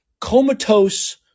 comatose